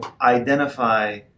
identify